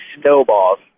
snowballs